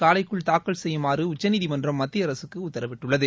காலைக்குள் தாக்கல் செய்யுமாறு உச்சநீதிமன்றம் மத்திய அரசுக்கு உத்தரவிட்டுள்ளது